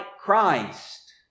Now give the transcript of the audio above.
Christ